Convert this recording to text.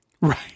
right